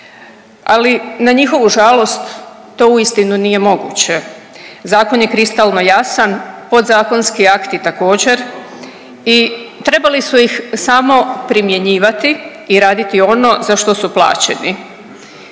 ali na njihovu žalost to uistinu nije moguće, zakon je kristalno jasan, podzakonski akti također i trebali su ih samo primjenjivati i raditi ono za što su plaćeni.